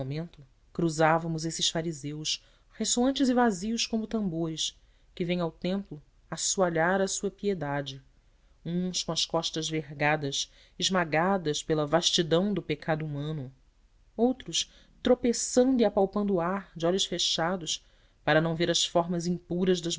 momento cruzávamos esses fariseus ressoantes e vazios como tambores que vêm ao templo assoalhar a sua piedade uns com as costas vergadas esmagadas pela vastidão do pecado humano outros tropeçando e apalpando o ar de olhos fechados para não ver as formas impuras